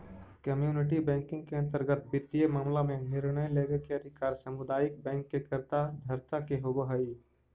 community banking के अंतर्गत वित्तीय मामला में निर्णय लेवे के अधिकार सामुदायिक बैंक के कर्ता धर्ता के होवऽ हइ